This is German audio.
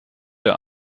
der